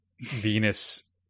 Venus